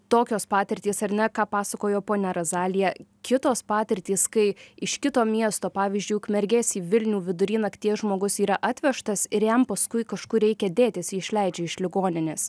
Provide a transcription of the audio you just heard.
tokios patirtys ar ne ką pasakojo ponia razalija kitos patirtys kai iš kito miesto pavyzdžiui ukmergės į vilnių vidury nakties žmogus yra atvežtas ir jam paskui kažkur reikia dėtis jį išleidžia iš ligoninės